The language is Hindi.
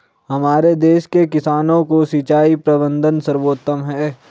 हमारे देश के किसानों का सिंचाई प्रबंधन सर्वोत्तम है